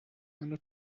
eine